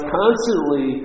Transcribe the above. constantly